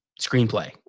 screenplay